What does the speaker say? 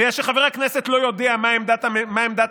בגלל שחבר כנסת לא יודע מה עמדת הממשלה,